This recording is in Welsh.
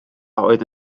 oedd